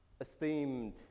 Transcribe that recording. esteemed